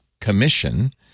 commission